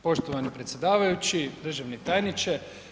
Poštovani predsjedavajući, državni tajniče.